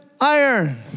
iron